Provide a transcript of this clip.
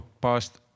past